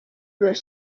were